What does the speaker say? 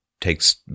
takes